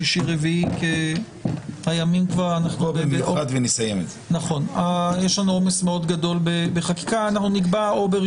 שלישי ורביעי כי יש לנו עומס מאוד גדול בחקיקה אלא ביום